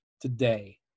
today